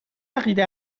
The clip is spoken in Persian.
عقیده